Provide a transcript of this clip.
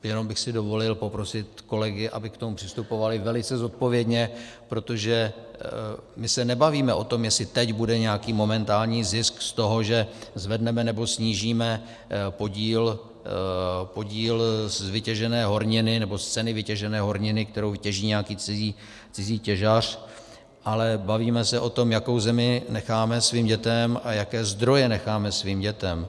Jenom bych si dovolil poprosit kolegy, aby k tomu přistupovali velice zodpovědně, protože my se nebavíme o tom, jestli teď bude nějaký momentální zisk z toho, že zvedneme nebo snížíme podíl z vytěžené horniny nebo z ceny vytěžené horniny, kterou vytěží nějaký cizí těžař, ale bavíme se o tom, jakou zemi necháme svým dětem a jaké zdroje necháme svým dětem.